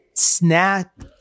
snap